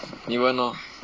你问 loh